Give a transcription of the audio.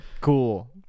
Cool